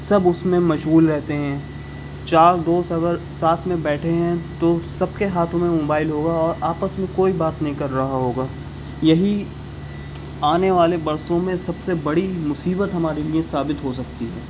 سب اس میں مشغول رہتے ہیں چار دوست اگر ساتھ میں بیٹھیں ہیں تو سب کے ہاتھوں میں موبائل ہوگا اور آپس میں کوئی بات نہیں کر رہا ہوگا یہی آنے والے برسوں میں سب سے بڑی مصیبت ہمارے لیے ثابت ہو سکتی ہے